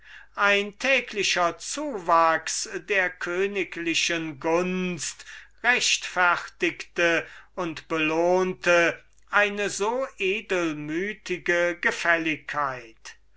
ein täglicher zuwachs der königlichen gunst rechtfertigte und belohnte eine so edelmütige gefälligkeit